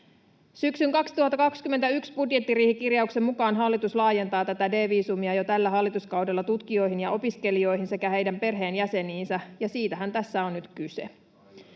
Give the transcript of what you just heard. Syksyn 2021 budjettiriihikirjauksen mukaan hallitus laajentaa tätä D-viisumia jo tällä hallituskaudella tutkijoihin ja opiskelijoihin sekä heidän perheenjäseniinsä, ja siitähän tässä on nyt kyse.